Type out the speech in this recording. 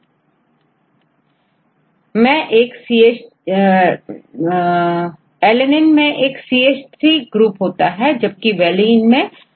Student Only oneछात्र केवल एकonly one you can see here So its alanine this has one CH3 group Valine Alanine मैं एक CH3 group होता है जबकिValine मैं123 Leucine मैं 1234 CH3